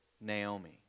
Naomi